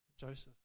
Joseph